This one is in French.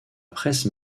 presse